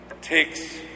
takes